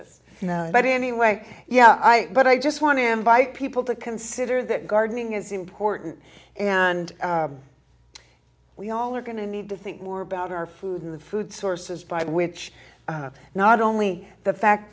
lettuce but anyway yeah i but i just want to invite people to consider that gardening is important and we all are going to need to think more about our food in the food sources by which not only the fact